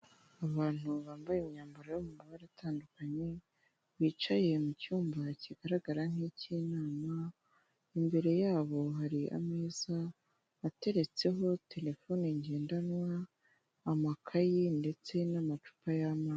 Abantu bambaye imyambaro yo mu mabara atandukanye, bicaye mu cyumba kigaragara nk'icy'inama, imbere yabo hari ameza ateretseho terefone ngendanwa, amakayi, ndetse n'amacupa y'amazi.